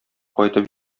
кайтып